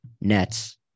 Nets